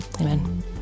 Amen